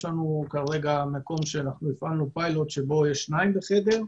יש לנו כרגע מקום שהפעלנו בו פיילוט שבו ישנם שניים בחדר,